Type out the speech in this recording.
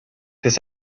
this